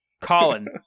Colin